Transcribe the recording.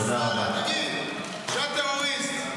נסראללה --- תגיד, זה הטרוריסט.